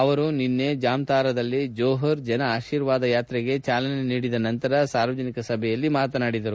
ಅವರು ನಿನ್ವೆ ಜಾಮ್ತಾರಾದಲ್ಲಿ ಜೋಹರ್ ಜನ ಆಶೀರ್ವಾದ ಯಾತ್ರೆಗೆ ಚಾಲನೆ ನೀಡದ ನಂತರ ಸಾರ್ವಜನಿಕ ಸಭೆಯನ್ನು ಉದ್ದೇಶಿಸಿ ಮಾತನಾಡಿದರು